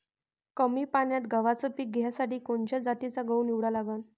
कमी पान्यात गव्हाचं पीक घ्यासाठी कोनच्या जातीचा गहू निवडा लागन?